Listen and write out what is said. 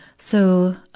so,